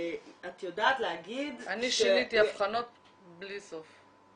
יודעת להגיד ש --- אני שיניתי אבחנות בלי סוף.